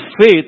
faith